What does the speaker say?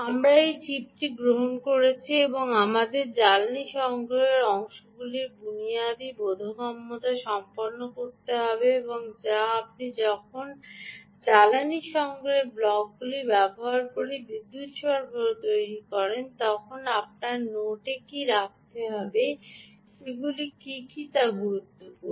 আমরা এই চিপটি গ্রহণ করেছি এবং আমাদের জ্বালানী সংগ্রহের অংশগুলির বুনিয়াদি বোধগম্যতা সম্পন্ন করতে হবে যা আপনি যখন জ্বালানী সংগ্রহের ব্লকগুলি ব্যবহার করে বিদ্যুৎ সরবরাহ তৈরি করেন তখন আপনার কী নোট রাখতে হবে সেগুলি কী কী তা গুরুত্বপূর্ণ